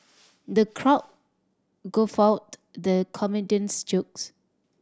the crowd guffawed the comedian's jokes